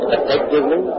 Effectively